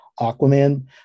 Aquaman